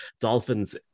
Dolphins